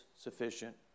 sufficient